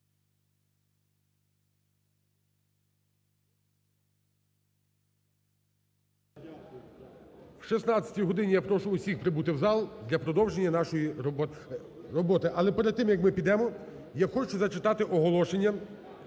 О 16-й годині я прошу всіх прибути в зал для продовження нашої роботи. Але перед тим як ми підемо, я хочу зачитати оголошення,